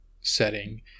setting